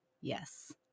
yes